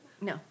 No